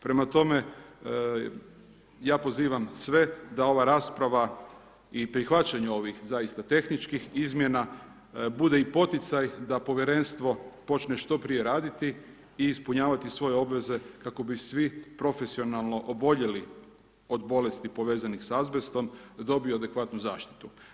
Prema tome, ja pozivam sve da ova rasprava i prihvaćanje ovih, zaista tehničkih izmjena bude i poticaj da Povjerenstvo počne što prije raditi i ispunjavati svoje obveza kako bi svi profesionalno oboljeli od bolesti povezanih s azbestom dobio adekvatnu zaštitu.